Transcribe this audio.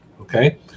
okay